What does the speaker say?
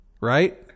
Right